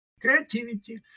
Creativity